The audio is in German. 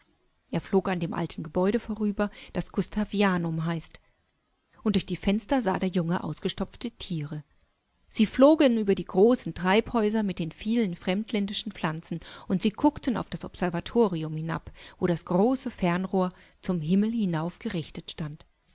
er führte ihn nach dem stolzen universitätsgebäude und zeigte ihmdieprächtigenvorlesungssäle erflogandemaltengebäudevorüber das gustavianum heißt und durch die fenster sah der junge ausgestopfte tiere sie flogen über die großen treibhäuser mit den vielen fremdländischen pflanzen und sie guckten auf das observatorium hinab wo das große fernrohrzumhimmelhinaufgerichtetstand sie schwebten auch an